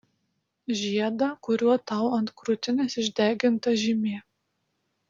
žiedą kuriuo tau ant krūtinės išdeginta žymė